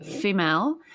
female